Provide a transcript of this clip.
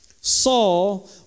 Saul